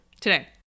Today